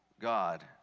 God